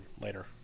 later